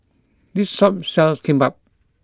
this shop sells Kimbap